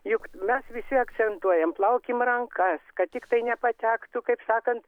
juk mes visi akcentuojam plaukim rankas kad tiktai nepatektų kaip sakant